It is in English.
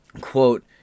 Quote